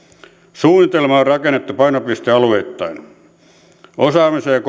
suunnitelma on rakennettu painopistealueittain osaamisen ja